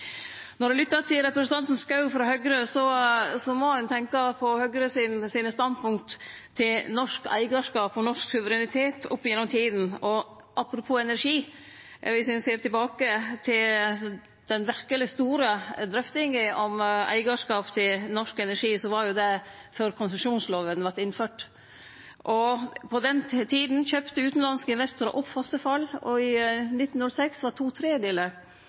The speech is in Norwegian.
Når ein lyttar til representanten Schou frå Høgre, må ein tenkje på Høgres standpunkt til norsk eigarskap og norsk suverenitet opp gjennom tidene. Og apropos energi: Viss ein ser tilbake på det som var den verkeleg store drøftinga om eigarskap til norsk energi, var det før konsesjonslovene vart innførte. På den tida kjøpte utanlandske investorar opp fossefall, og i 1906 var to